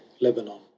lebanon